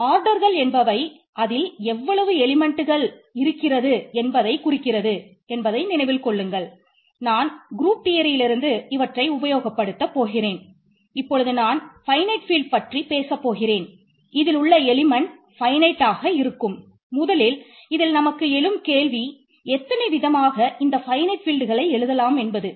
ஆர்டர்கள் எழுதலாம் என்பது